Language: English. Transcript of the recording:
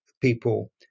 people